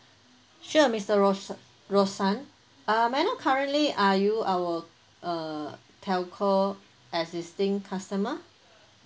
sure mister ros~ roshan uh may I know currently are you our err telco existing customer